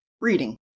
reading